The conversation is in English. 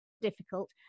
difficult